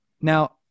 Now